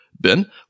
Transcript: Ben